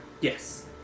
Yes